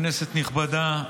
כנסת נכבדה,